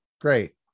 great